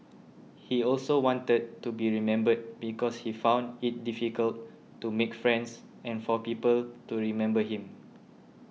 he also wanted to be remembered because he found it difficult to make friends and for people to remember him